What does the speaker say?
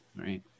right